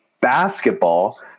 basketball